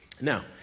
Now